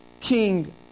King